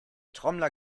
trommler